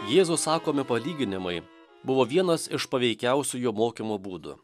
jėzaus sakome palyginimai buvo vienas iš paveikiausių jo mokymo būdų